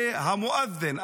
זה המֻאַדִ'ן,